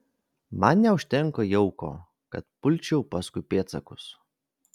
man neužtenka jauko kad pulčiau paskui pėdsakus